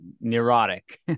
neurotic